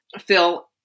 Phil